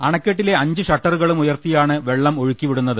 അണക്കെട്ടിലെ അഞ്ചു ഷട്ടറു കളും ഉയർത്തിയാണ് വെള്ളം ഒഴുക്കിവിടുന്നത്